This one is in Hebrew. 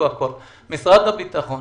משרד הביטחון